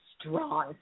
strong